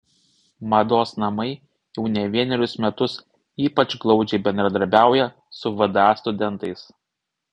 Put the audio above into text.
mados namai jau ne vienerius metus ypač glaudžiai bendradarbiauja su vda studentais